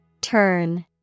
Turn